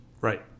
right